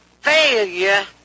failure